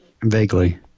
Vaguely